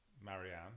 Marianne